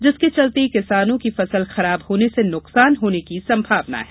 जिसके चलते किसानों की फसल खराब होने से नुकसान होने की संभावना है